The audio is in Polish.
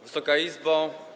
Wysoka Izbo!